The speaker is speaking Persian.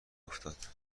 افتاد